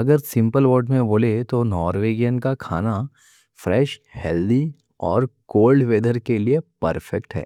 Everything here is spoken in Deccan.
اگر سمپل ورڈ میں بولے تو نورویجین کا کھانا فریش، ہیلدی اور کولڈ ویذر کے لیے پرفیکٹ ہے۔